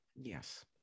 Yes